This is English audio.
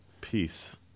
Peace